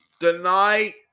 tonight